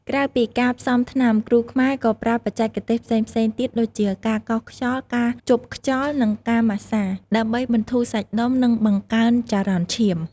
ក្រៅពីការផ្សំថ្នាំ គ្រូខ្មែរក៏ប្រើបច្ចេកទេសផ្សេងៗទៀតដូចជា ការកោសខ្យល់ ការជប់ខ្យល់ និង ការម៉ាស្សា ដើម្បីបន្ធូរសាច់ដុំ និងបង្កើនចរន្តឈាម។